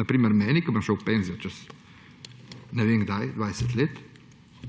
na primer meni, ko bom šel v penzijo čez, ne vem kdaj, 20 let,